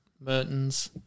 Mertens